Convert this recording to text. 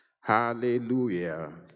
hallelujah